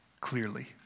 clearly